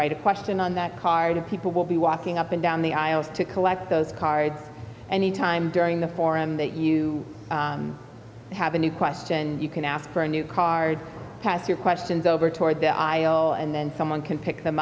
write a question on that card and people will be walking up and down the aisles to collect those cards any time during the forum that you have a new question you can ask for a new card to ask your questions over toward the aisle and then someone can pick them